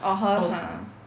orh hers ah